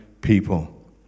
people